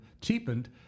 cheapened